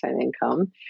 income